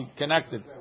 connected